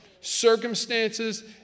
circumstances